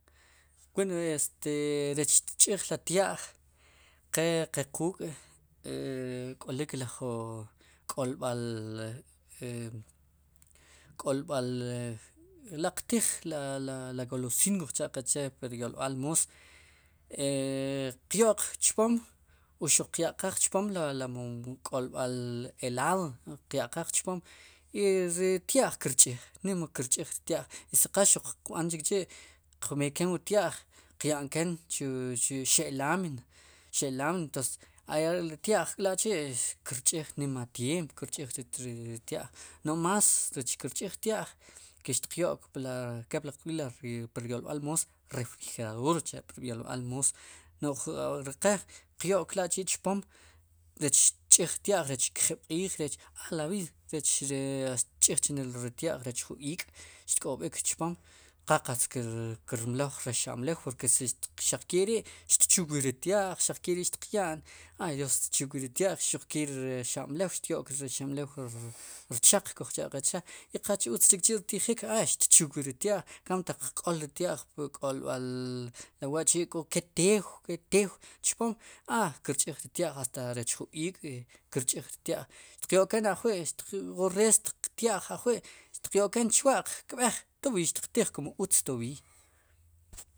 Wen rech xtch'ij ri tya'j qe qequuk' k'olik ri jun k'olb'al li e k'olb'al li qtij la golosiin kujcha'qe chee pur yolb'al moos e qyo'k chpom o xuq qya'qaaj chpom wu rk'olb'al helado kya'qaaj chpom ri tya'j kirch'ij nim kirch'ij ri tya'j i si qal xuq qqb'an chikchi' qmekeen wu tya'j qya'nken xe'la'mina, xe'lámina entons ri tya'jlachi'kirch'iij nim tyeemp kic ch'iij ri tya'j más rech kirch'ij tya'j ke xtyo'k kepli qb'ij pri ryolb'al moos refrigeradora cha'pur yolb'al moos no'j ri qe qyo'k la'chi'chpom rech xtch'ij tya'j rech kjib'q'iij a la viid rech ri tch'ij nelo chri ty'aj rech jun iik' xtk'ob'ik chpom qa qatz kirmloj rexamlew kun xaq keri' xtchugrik ri tya'j xaq keri' xtqya'n hay dios xtchugrik ri yya'j ke ri resamlew xtyo'k rchaq kujcha'qe chee i qa utz chikchi' rtijik xtchugrik ri tya'j a kon taq qk'ol ri tya'j pk'olb'al a wa'chi' keel tew, ke tew chpom a kirch'iij ri tya'j hasta rech jun iik' kirch'ij ri tya'j xtiq yo'k ajwi' wu resst tya'j ajwi' wu reest chwa'q kb'ej toviiy xtiq tiij kun utz toviiy.